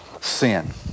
sin